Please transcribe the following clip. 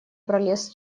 пролез